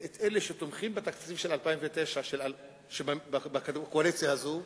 ואת אלה שתומכים בתקציב של 2009 בקואליציה הזאת,